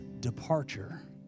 departure